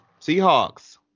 Seahawks